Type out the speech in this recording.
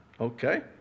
Okay